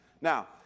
Now